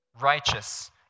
righteous